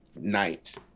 night